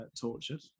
tortured